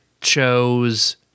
chose